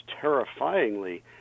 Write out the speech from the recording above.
terrifyingly